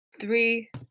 Three